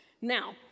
Now